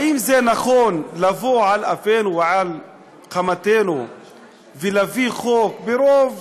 האם זה נכון לבוא על אפנו ועל חמתנו ולהביא חוק ברוב